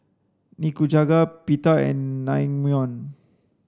Nikujaga Pita and Naengmyeon